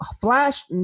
Flash